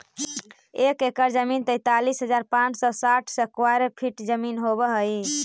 एक एकड़ जमीन तैंतालीस हजार पांच सौ साठ स्क्वायर फीट जमीन होव हई